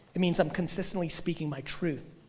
it means i'm consistently speaking my truth.